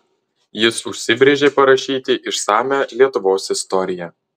jis užsibrėžė parašyti išsamią lietuvos istoriją